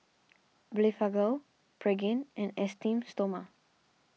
Blephagel Pregain and Esteem Stoma